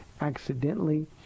accidentally